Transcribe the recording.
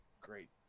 great